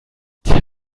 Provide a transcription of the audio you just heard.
der